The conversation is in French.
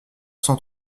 sans